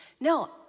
No